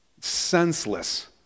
senseless